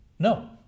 No